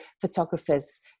photographers